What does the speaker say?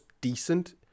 decent